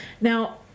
Now